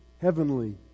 heavenly